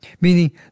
meaning